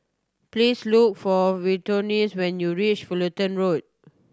please look for Victorine when you reach Fullerton Road